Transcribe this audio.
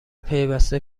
پیوسته